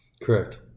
Correct